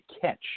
catch